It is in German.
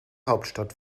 hauptstadt